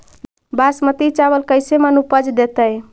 बासमती चावल कैसे मन उपज देतै?